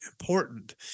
important